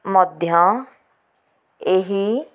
ମଧ୍ୟ ଏହି